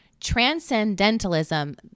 transcendentalism